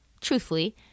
truthfully